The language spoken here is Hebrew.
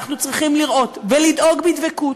אנחנו צריכים לראות ולדאוג בדבקות